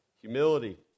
humility